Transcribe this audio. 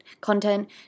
content